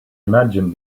imagine